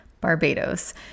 Barbados